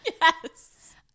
Yes